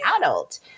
adult